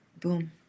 boom